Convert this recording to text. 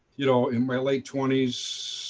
you know, in my late twenties,